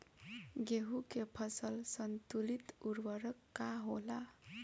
गेहूं के फसल संतुलित उर्वरक का होला?